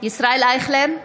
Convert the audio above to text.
ישראל אייכלר,